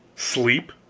sleep?